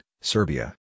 Serbia